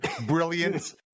Brilliance